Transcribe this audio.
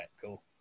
cool